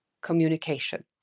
Communication